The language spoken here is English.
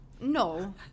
No